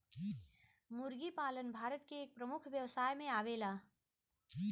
मुर्गी पालन भारत के एक प्रमुख व्यवसाय में आवेला